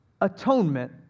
atonement